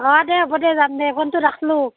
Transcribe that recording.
অঁ দে হ'ব দে যাম দে ফোনটো ৰাখিলোঁ